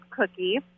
cookie